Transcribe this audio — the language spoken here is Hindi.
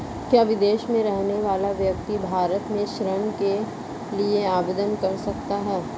क्या विदेश में रहने वाला व्यक्ति भारत में ऋण के लिए आवेदन कर सकता है?